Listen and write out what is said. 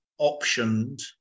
optioned